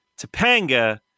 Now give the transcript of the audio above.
Topanga